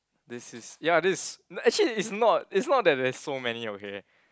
this is ya this is actually it's not it's not that there's so many okay